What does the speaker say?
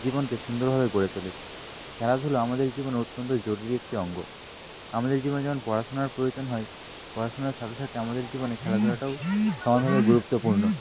জীবনকে সুন্দরভাবে গড়ে তোলে খেলাধুলো আমাদের জীবনে অত্যন্ত জরুরি একটি অঙ্গ আমাদের জীবনে যেমন পড়াশোনার প্রয়োজন হয় পড়াশোনার সাথে সাথে আমাদের জীবনে খেলাধূলাটাও সমানভাবে গুরুত্বপূর্ণ